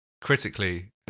critically